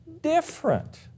different